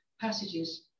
passages